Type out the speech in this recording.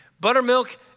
Buttermilk